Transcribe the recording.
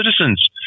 citizens